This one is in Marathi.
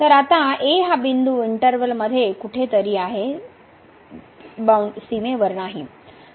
तर आता a हा बिंदू इंटर्वल मध्ये कुठेतरी आहे सीमेवर नाही